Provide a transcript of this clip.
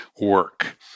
work